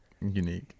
unique